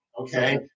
Okay